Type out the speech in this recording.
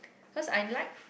cause I like